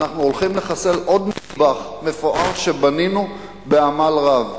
אנחנו הולכים לחסל עוד נדבך מפואר שבנינו בעמל רב.